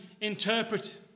interpret